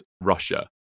Russia